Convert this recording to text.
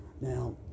Now